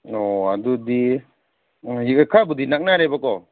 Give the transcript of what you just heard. ꯑꯣ ꯑꯗꯨꯗꯤ ꯈꯔꯕꯨꯗꯤ ꯅꯛꯅꯔꯦꯕꯀꯣ